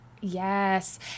Yes